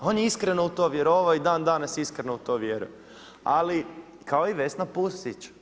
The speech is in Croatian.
On je iskreno u to vjerovao i dan danas u to vjeruje, ali kao i Vesna Pusić.